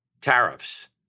Tariffs